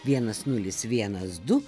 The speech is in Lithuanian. vienas nulis vienas du